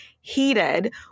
Heated